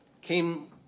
came